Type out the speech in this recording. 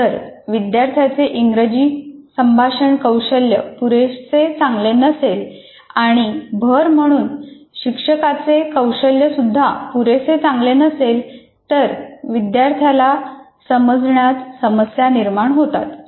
जर विद्यार्थ्याचे इंग्रजी संभाषण कौशल्य पुरेसे चांगले नसेल आणि भर म्हणून शिक्षकाचे कौशल्य सुद्धा पुरेसे चांगले नसेल तर विद्यार्थ्याला समजण्यात समस्या निर्माण होतात